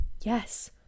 Yes